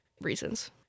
reasons